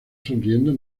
sonriendo